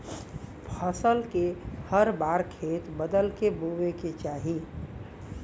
फसल के हर बार खेत बदल क बोये के चाही